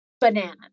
bananas